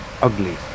ugly